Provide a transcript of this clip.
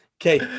Okay